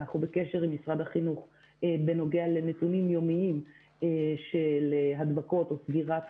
אנחנו בקשר עם משרד החינוך בנוגע לנתונים יומיים של הדבקות או סגירת